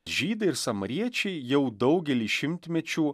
žydai ir samariečiai jau daugelį šimtmečių